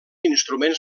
instruments